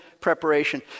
preparation